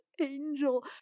angel